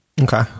Okay